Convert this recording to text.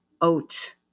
oat